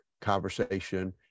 conversation